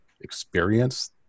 experience